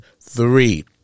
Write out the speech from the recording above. three